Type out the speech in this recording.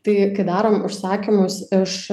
tai kai darom užsakymus iš